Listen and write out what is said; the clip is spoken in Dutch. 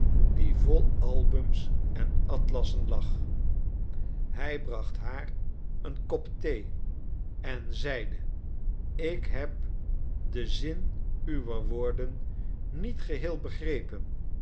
die vol albums en atlassen lag hij bracht haar een kop thee en zeide ik heb den zin uwer woorden niet geheel begrepen